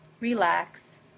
relax